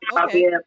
Okay